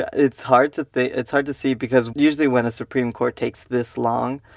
it's hard to think, it's hard to see because usually when a supreme court takes this long,